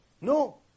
No